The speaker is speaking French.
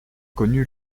connu